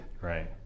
Right